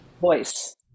voice